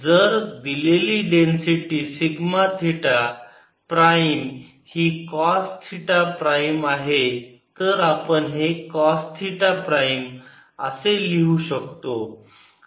तर जर दिलेली डेन्सिटी सिग्मा थिटा प्राईम ही कॉस थिटा प्राईम आहे तर आपण हे कॉस थिटा प्राईम असे लिहू शकतो